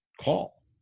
call